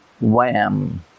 wham